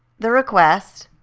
the request,